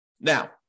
Now